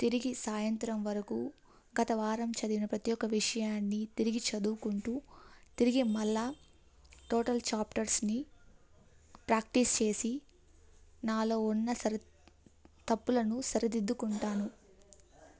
తిరిగి సాయంత్రం వరకు గతవారం చదివిన ప్రతి ఒక్క విషయాన్ని తిరిగి చదువుకుంటూ తిరిగి మళ్ళా టోటల్ ఛాప్టర్స్ని ప్రాక్టీస్ చేసి నాలో ఉన్న సరి తప్పులను సరిదిద్దుకుంటాను